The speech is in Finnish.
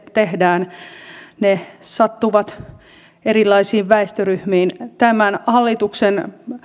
tehdään ne sattuvat erilaisiin väestöryhmiin tämän hallituksen